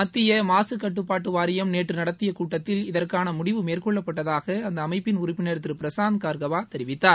மத்திய மாசு கட்டுப்பாட்டு வாரியம் நேற்று நடத்திய கூட்டத்தில் இதற்கான முடிவு மேற்கொள்ளப்பட்டதாக அந்த அமைப்பின் உறுப்பினர் திரு பிரசாந்த் கர்காவா தெரிவித்தார்